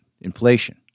inflation